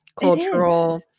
cultural